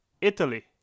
Italy